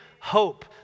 hope